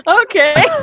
Okay